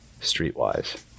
streetwise